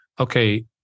okay